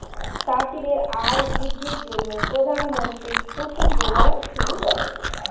চাষীদের আয় বৃদ্ধির জন্য প্রধানমন্ত্রী কুসুম যোজনা শুরু করেন